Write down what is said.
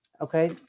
okay